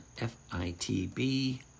F-I-T-B